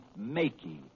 Makey